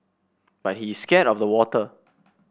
but he is scared of the water